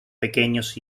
pequeños